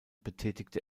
betätigte